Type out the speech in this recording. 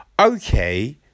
Okay